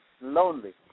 lonely